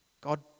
God